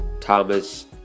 Thomas